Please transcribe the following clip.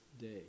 day